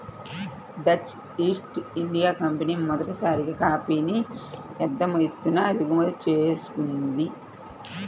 Dutch East India company మొదటిసారిగా కాఫీని పెద్ద ఎత్తున దిగుమతి చేసుకుంది